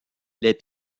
les